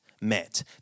met